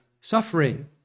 suffering